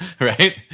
right